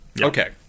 Okay